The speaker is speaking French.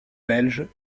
belges